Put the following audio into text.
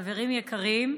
חברים יקרים,